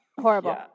horrible